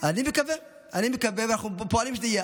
אני מקווה, אני מקווה, ואנחנו פועלים שזה יהיה.